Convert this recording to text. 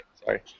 Sorry